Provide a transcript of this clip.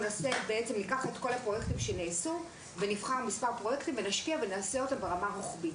מכל הפרויקטים שנעשו נבחר מספר פרויקטים ונעשה אותם ברמה הרוחבית.